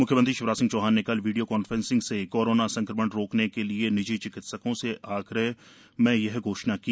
म्ख्यमंत्री शिवराज सिंह चौहान ने कल वीडियो कॉन्फ्रेंसिंग से कोरोना संक्रमण रोकने के लिए निजी चिकित्सकों के आग्रह में यह घोषणा की